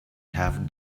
have